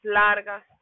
largas